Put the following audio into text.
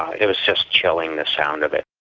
it was just chilling, the sound of it.